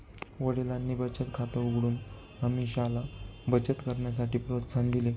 वडिलांनी बचत खात उघडून अमीषाला बचत करण्यासाठी प्रोत्साहन दिले